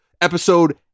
episode